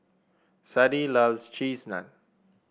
Sadie loves Cheese Naan